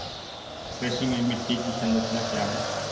कृषि में मिट्टी की संरचना क्या है?